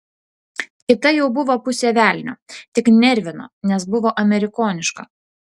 kita jau buvo pusė velnio tik nervino nes buvo amerikoniška